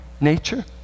nature